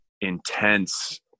intense